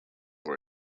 were